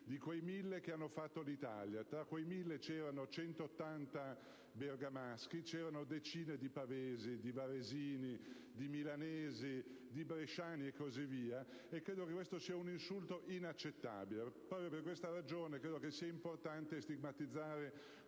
di quei Mille che hanno fatto l'Italia. Tra quei Mille c'erano 180 bergamaschi, decine di pavesi e di varesini, di milanesi, di bresciani e così via. Credo che questo sia un insulto inaccettabile. Proprio questa ragione credo sia importante stigmatizzare